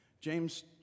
James